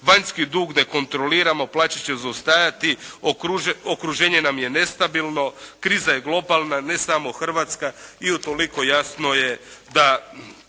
vanjski dug dekontroliramo, plaće će zaostajati, okruženje nam je nestabilno, kriza je globalna, ne samo Hrvatska i utoliko jasno je da